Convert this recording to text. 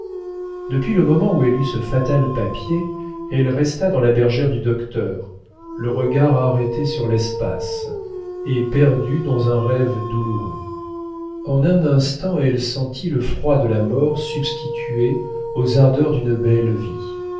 depuis le moment où elle eut ce fatal papier elle resta dans la bergère du docteur le regard arrêté sur l'espace et perdue dans un rêve douloureux en un instant elle sentit le froid de la mort substitué aux ardeurs d'une belle vie